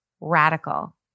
radical